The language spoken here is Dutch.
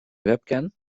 webcam